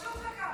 פשוט וקל.